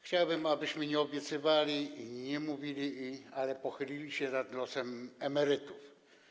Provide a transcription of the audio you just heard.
Chciałbym, abyśmy nie obiecywali, nie mówili, ale pochylili się nad losem emerytów.